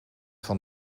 van